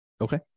Okay